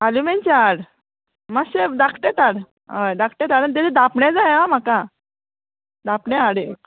आलुमेनचें हाड मातशें धाकटेंत हाड हय धाकटेंत आनी तेजें दापणें जाय आं म्हाका दापणें हाड एक